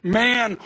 man